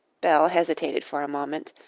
belle hesitated for a moment.